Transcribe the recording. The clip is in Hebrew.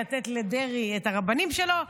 לתת לדרעי את הרבנים שלו.